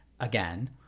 again